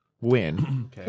win